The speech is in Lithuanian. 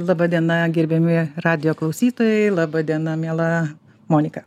laba diena gerbiami radijo klausytojai laba diena miela monika